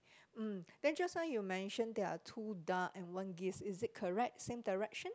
mm then just now you mention there are two duck and one geese is it correct same direction